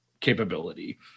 capability